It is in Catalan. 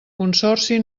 consorci